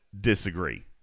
disagree